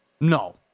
No